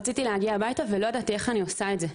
רציתי להגיע הביתה ולא ידעתי איך אני עושה את זה.